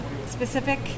specific